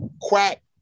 quack